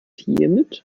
hiermit